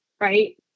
right